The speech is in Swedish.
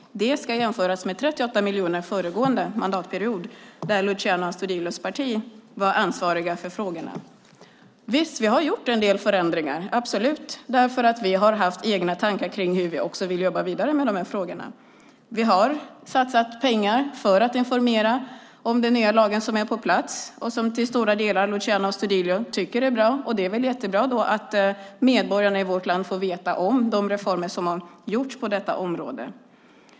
Det ska jämföras med 38 miljoner föregående mandatperiod, då Luciano Astudillos parti var ansvarigt för frågorna. Visst har vi gjort en del förändringar eftersom vi har haft egna tankar om hur vi vill jobba vidare med frågorna. Vi har satsat pengar för att informera om den nya lag som är på plats och som Luciano Astudillo till stora delar tycker är bra. Det är väl jättebra att medborgarna i vårt land får veta om de reformer som har gjorts på området.